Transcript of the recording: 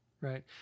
Right